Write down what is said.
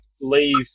leave